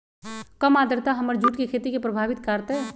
कम आद्रता हमर जुट के खेती के प्रभावित कारतै?